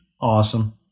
awesome